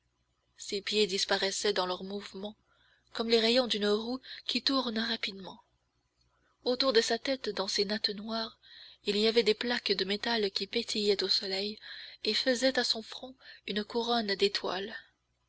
ses pieds disparaissaient dans leur mouvement comme les rayons d'une roue qui tourne rapidement autour de sa tête dans ses nattes noires il y avait des plaques de métal qui pétillaient au soleil et faisaient à son front une couronne d'étoiles